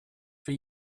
for